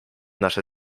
nasze